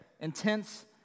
Intense